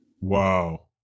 Wow